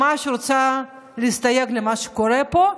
ממש רוצה להסתייג ממה שקורה פה,